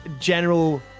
general